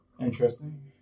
interesting